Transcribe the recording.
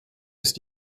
ist